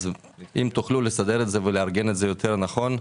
אז אם תוכלו לסדר את זה ולארגן את זה יותר נכון,